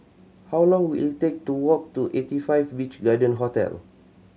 how long will it take to walk to Eighty Five Beach Garden Hotel